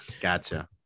gotcha